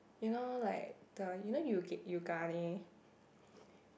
you know like the you know Yoog~ Yoogane